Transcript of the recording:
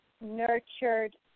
nurtured